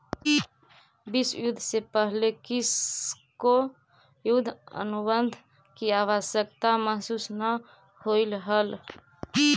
विश्व युद्ध से पहले किसी को युद्ध अनुबंध की आवश्यकता महसूस न होलई हल